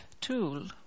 tool